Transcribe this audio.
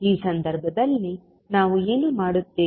ಈ ಸಂದರ್ಭದಲ್ಲಿ ನಾವು ಏನು ಮಾಡುತ್ತೇವೆ